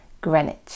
Greenwich